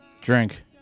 drink